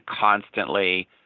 constantly